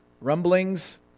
rumblings